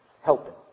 helping